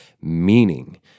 meaning